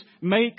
make